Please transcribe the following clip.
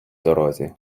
дорозі